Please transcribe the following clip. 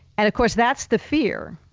and of course, that's the fear